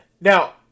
Now